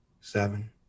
seven